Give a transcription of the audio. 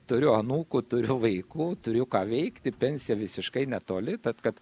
turiu anūkų turiu vaikų turiu ką veikti pensija visiškai netoli tad kad